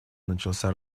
начался